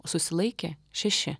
susilaikė šeši